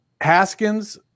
Haskins